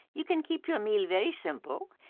you can keep your meal very simple,